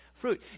fruit